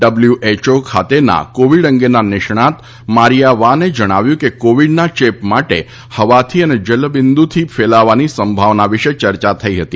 W H O ખાતેના Covid અંગેના નિષ્ણાત મારિયા વાને જણાવ્યું કે કોવિડના ચેપ માટે હવાથી અને જલબિન્દુથી ફેલાવાની સંભાવના વિશે ચર્ચા થઈ હતી